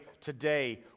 today